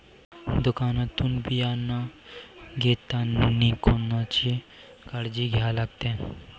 दुकानातून बियानं घेतानी कोनची काळजी घ्या लागते?